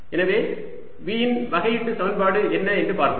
எனவே V இன் வகையீட்டு சமன்பாடு என்ன என்று பார்ப்போம்